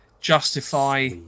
justify